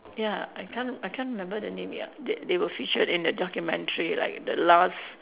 ya I can't I can't remember the name ya they they were featured in that documentary like the last